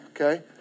Okay